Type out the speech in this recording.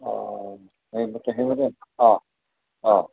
অঁ তেখেতলোকে অঁ অঁ